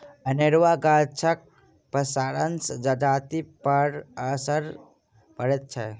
अनेरूआ गाछक पसारसँ जजातिपर असरि पड़ैत छै